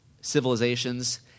civilizations